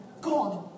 God